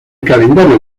calendario